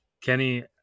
Kenny